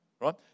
right